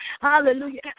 Hallelujah